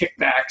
kickbacks